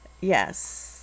Yes